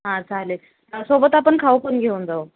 हां चालेल सोबत आपण खाऊ पण घेऊन जाऊ